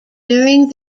during